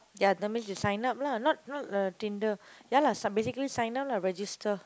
ya that means you sign up lah not not uh Tinder ya lah sa~ basically sign up lah register